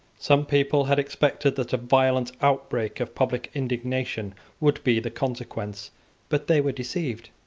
some people had expected that a violent outbreak of public indignation would be the consequence but they were deceived.